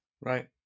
right